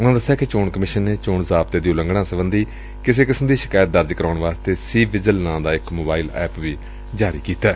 ਉਨ੍ਹਾ ਦਸਿਆ ਕਿ ਚੋਣ ਕਮਿਸ਼ਨ ਨੇ ਚੋਣ ਜ਼ਾਬਡੇ ਦੀ ਉਲੰਘਣਾ ਸਬੰਧੀ ਕਿਸੇ ਕਿਸਮ ਦੀ ਸ਼ਿਕਾਇਤ ਦਰਜ ਕਰਾਉਣ ਵਾਸਤੇ ਸੀ ਵਿਜਿਲ ਨਾਂ ਦਾ ਇਕ ਮੋਬਾਈਲ ਐਪ ਜਾਰੀ ਕੀਤਾ ਗਿਐ